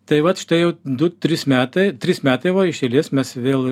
tai vat štai jau du trys metai trys metai va iš eilės mes vėl